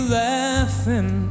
laughing